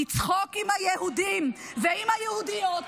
לצחוק עם היהודים ועם היהודיות,